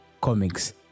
comics